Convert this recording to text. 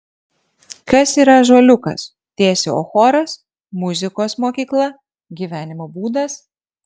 kas yra ąžuoliukas tiesiog choras muzikos mokykla gyvenimo būdas